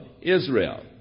Israel